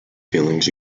feelings